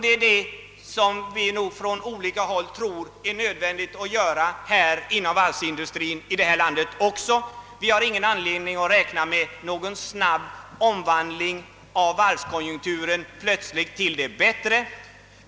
Det är detta som vi på olika håll tror är nödvändigt att göra inom varvsindustrin också i vårt land. Vi har ingen anledning att räkna med någon plötslig omvandling av varvskonjunkturen till det bättre.